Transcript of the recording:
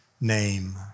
name